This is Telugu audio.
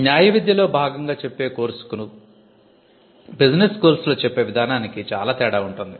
ఒక న్యాయ విద్యలో భాగంగా చెప్పే కోర్స్ కు B స్కూల్స్ లో చెప్పే విధానానికి చాలా తేడా ఉంటుంది